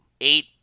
eight